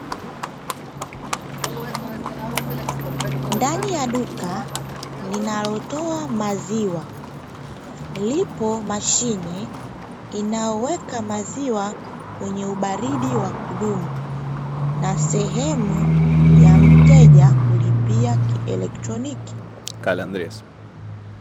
Ndani ya duka linalotoa maziwa ipo mashine inaoweka maziwa kwenye ubaridi wa kudumu, na sehemu ya mteja kulipia kieletroniki.